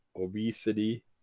obesity